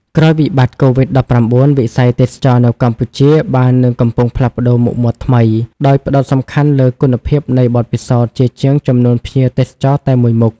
ក្រោយពីវិបត្តកូវីដ១៩ វិស័យទេសចរណ៍នៅកម្ពុជាបាននឹងកំពុងផ្លាស់ប្តូរមុខមាត់ថ្មី ដោយផ្ដោតសំខាន់លើគុណភាពនៃបទពិសោធន៍ជាជាងចំនួនភ្ញៀវទេសចរតែមួយមុខ។